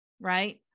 right